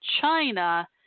China